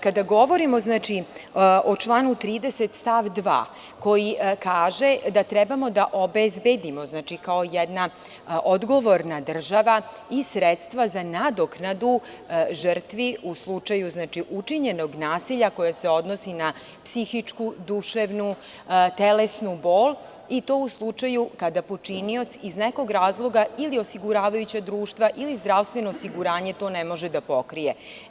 Kada govorimo o članu 30. stav 2, koji kaže da trebamo da obezbedimo, kao jedna odgovorna država, i sredstva za nadoknadu žrtvi u slučaju učinjenog nasilja, koje se odnosi na psihičku, duševnu, telesnu bol i to u slučaju kada počinioc iz nekog razloga ili osiguravajuća društva ili zdravstveno osiguranje to ne može da pokrije.